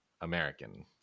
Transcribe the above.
American